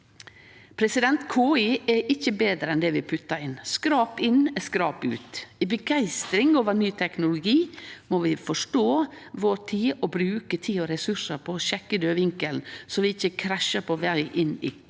herre. KI er ikkje betre enn det vi puttar inn. Skrap inn er skrap ut. I begeistring over ny teknologi må vi forstå tida vår og bruke tid og resursar på å sjekke dødvinkelen, slik at vi ikkje krasjar på veg inn på KI-vegen.